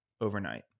overnight